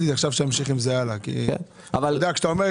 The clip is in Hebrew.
אני מוכרח להגיד